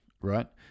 right